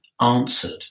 answered